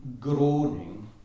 groaning